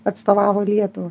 atstovavo lietuvą